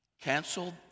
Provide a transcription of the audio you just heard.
canceled